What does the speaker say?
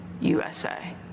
USA